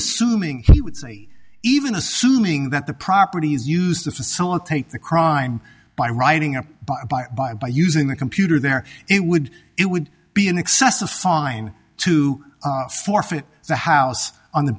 assuming he would see even assuming that the property is used to facilitate the crime by writing up by by by by using the computer there it would it would be an excessive fine to forfeit the house on the